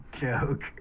joke